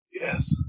Yes